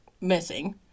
missing